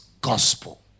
gospel